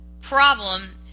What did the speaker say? problem